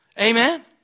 Amen